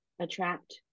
attract